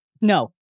No